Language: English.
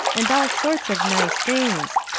and all sorts of nice things.